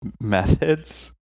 methods